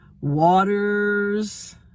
waters